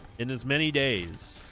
in as many days